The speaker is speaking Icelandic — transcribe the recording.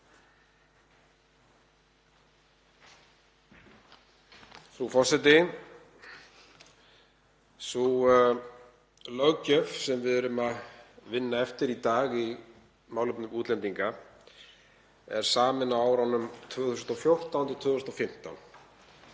Frú forseti. Sú löggjöf sem við erum að vinna eftir í dag í málefnum útlendinga var samin á árunum 2014–2015.